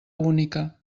única